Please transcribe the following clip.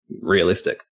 realistic